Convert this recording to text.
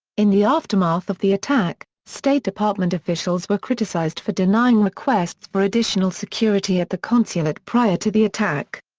in the aftermath of the attack, state department officials were criticized for denying requests for additional security at the consulate prior to the attack.